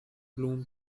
bloom